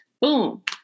Boom